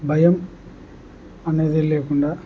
భయం అనేది లేకుండా